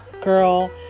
girl